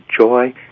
joy